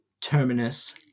terminus